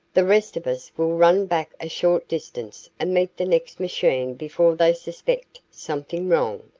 the rest of us will run back a short distance and meet the next machine before they suspect something wrong.